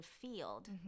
field